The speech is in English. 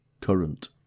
current